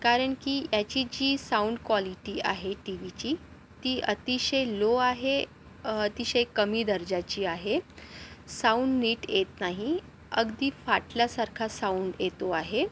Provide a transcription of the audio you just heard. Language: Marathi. कारण की याची जी साउंड क्वालिटी आहे टी व्हीची ती अतिशय लो आहे अतिशय कमी दर्जाची आहे साउंड नीट येत नाही अगदी फाटल्यासारखा साऊंड येतो आहे